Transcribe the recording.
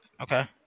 Okay